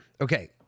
Okay